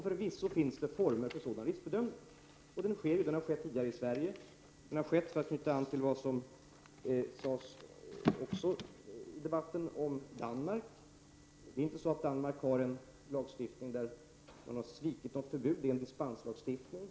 Förvisso finns det former för sådan riskbedömning, och den sker och har tidigare skett i Sverige. För att knyta an till vad som sades i debatten om Danmark är det inte så att Danmark har en lagstiftning som innebär att man har svikit något förbud i en dispenslagstiftning.